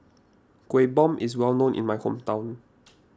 Kuih Bom is well known in my hometown